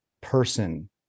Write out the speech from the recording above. person